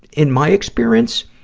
in my experience,